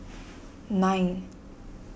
nine